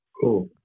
Cool